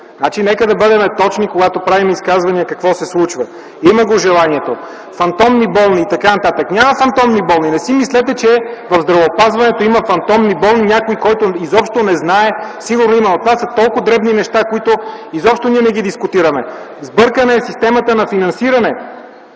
Нека да бъдем точни, когато правим изказвания какво се случва. Има го желанието! Казвате: фантомни болни и т. н. Няма фантомни болни. Не си мислете, че в здравеопазването има фантомни болни. За някой, който изобщо не знае, сигурно е имало. Това са толкова дребни неща, които изобщо не дискутираме. Сбъркана е системата на финансиране!